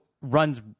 runs